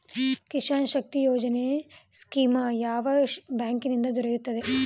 ಕಿಸಾನ್ ಶಕ್ತಿ ಯೋಜನೆ ಸ್ಕೀಮು ಯಾವ ಬ್ಯಾಂಕಿನಿಂದ ದೊರೆಯುತ್ತದೆ?